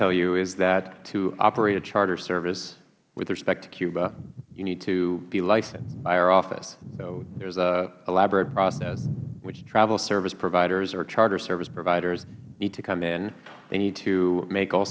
tell you is that to operate a charter service with respect to cuba you need to be licensed by our office so there is an elaborate process which travel service providers or charter service providers need to come in they need to make all